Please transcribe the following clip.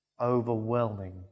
overwhelming